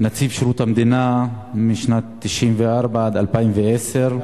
נציב שירות המדינה משנת 1994 עד 2010,